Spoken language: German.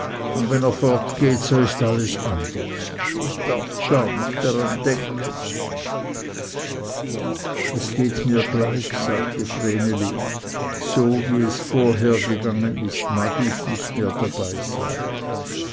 und wenn er fortgeht so ist alles anders ich darf gar nicht daran denken es geht mir gleich sagte vreneli so wie es vorher gegangen ist mag ich nicht mehr dabeisein